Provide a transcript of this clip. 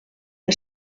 que